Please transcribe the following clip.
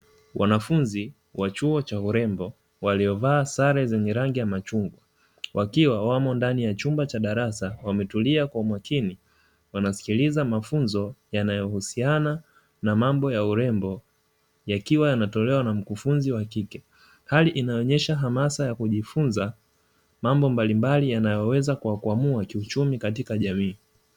Wanafunzi wa chuo cha urembo waliovaa sare zenye rangi ya machungwa, wakiwa wamo ndani ya chumba cha darasa wametulia kwa umakini. Wanasikiliza mafunzo yanayohusiana na mambo ya urembo yakiwa yanatolewa na mkufunzi wa kike. Hali inayoonyesha hamasa ya kujifunza mambo mbalimbali yanayoweza kuwakwamua kiuchumi katika jamii.